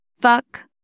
fuck